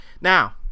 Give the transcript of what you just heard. Now